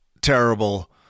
terrible